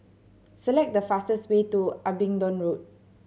select the fastest way to Abingdon Road